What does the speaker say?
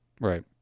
Right